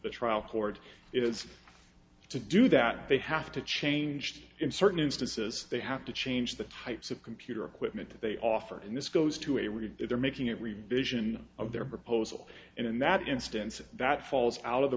the trial court is to do that they have to changed in certain instances they have to change the types of computer equipment that they offer and this goes to a real they're making a revision of their proposal and in that instance that falls out of the